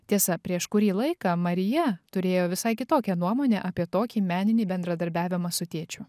tiesa prieš kurį laiką marija turėjo visai kitokią nuomonę apie tokį meninį bendradarbiavimą su tėčiu